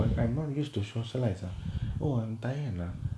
mm I am not used to socialise ah oh I am diana